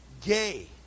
gay